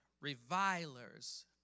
revilers